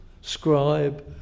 scribe